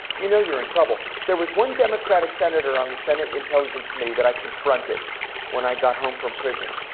you know you're in trouble. there was one democratic senator on the senate intelligence committee that i confronted when i got home from prison.